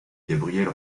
gabrielle